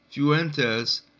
Fuentes